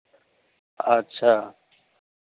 अच्छा